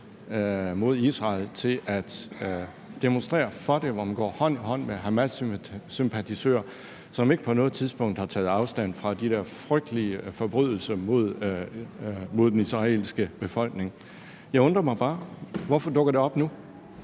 mod Israel til at demonstrere for det ved at gå hånd i hånd med hamassympatisører, som ikke på noget tidspunkt har taget afstand fra de der frygtelige forbrydelser mod den israelske befolkning. Jeg undrer mig bare – hvorfor dukker det op nu?